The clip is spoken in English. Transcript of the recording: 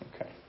Okay